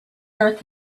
earth